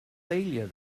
failure